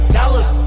dollars